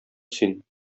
син